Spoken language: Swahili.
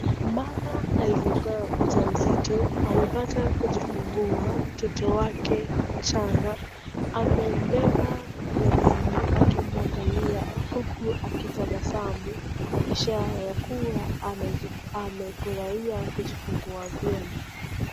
Mama aliyekuwa mja mzito amepata kujifungua mtoto wake mchanga, amembeba mkononi akimwangalia uku akitabasamu, ishara yakuwa amefurahia kujifungua vyema.